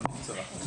אבל בקצרה.